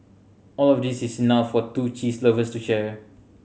all of these is enough for two cheese lovers to share